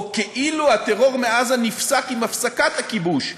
או כאילו הטרור מעזה נפסק עם הפסקת הכיבוש,